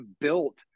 built